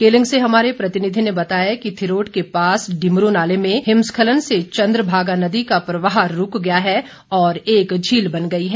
केलंग से हमारे प्रतिनिधि ने बताया कि थिरोट के पास डिमरू नाले में हिमस्खलन से चंद्रभागा नदी का प्रवाह रूक गया है और एक झील बन गई है